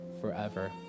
forever